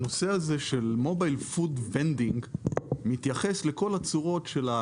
הנושא הזה של Mobile food vending מתייחס לכל הצורות.